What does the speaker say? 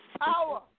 power